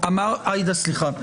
עאידה, סליחה.